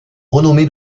renommé